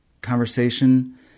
conversation